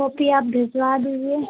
copy آپ بھجوا دیجیے